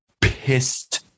pissed